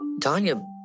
Tanya